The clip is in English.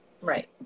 right